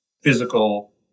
physical